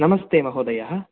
नमस्ते महोदयः